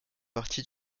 partie